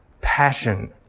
passion